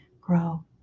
grow